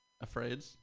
Afraid